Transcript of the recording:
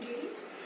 duties